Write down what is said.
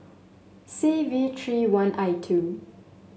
C V three one I two